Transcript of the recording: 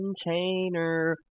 container